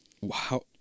Wow